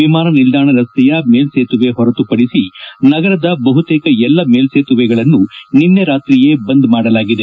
ವಿಮಾನ ನಿಲ್ದಾಣ ರಸ್ತೆಯ ಮೇಲ್ಲೇತುವೆ ಹೊರತುಪಡಿಸಿ ನಗರದ ಬಹುತೇಕ ಎಲ್ಲಾ ಮೇಲ್ಲೇತುವೆಗಳನ್ನು ನಿನ್ನೆ ರಾತ್ರಿಯೇ ಬಂದ್ ಮಾಡಲಾಗಿದೆ